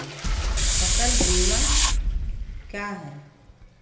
फ़सल बीमा क्या है?